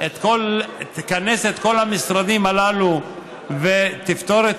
שתכנס את כל המשרדים הללו ותפתור את